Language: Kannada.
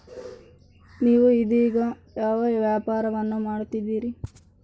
ನೇವು ಇದೇಗ ಯಾವ ವ್ಯಾಪಾರವನ್ನು ಮಾಡುತ್ತಿದ್ದೇರಿ?